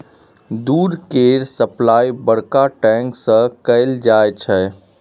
दूध केर सप्लाई बड़का टैंक सँ कएल जाई छै